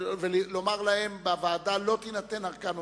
לומר להם בוועדה: לא תינתן ארכה נוספת.